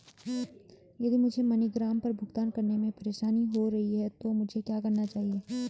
यदि मुझे मनीग्राम पर भुगतान करने में परेशानी हो रही है तो मुझे क्या करना चाहिए?